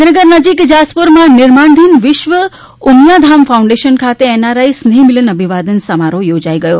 ગાંધીનગર નજીક જાસપુરમાં નિર્માણધીન વિશ્વ ઉમિયા ધામ ફાઉન્ડેશન ખાતે એનઆરઆઈ સ્નેહ મિલન અભિવાદન સમારોહ યોજાઈ ગયો